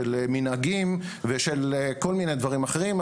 של מנהגים וכל מיני דברים אחרים.